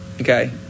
Okay